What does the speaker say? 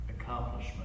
accomplishment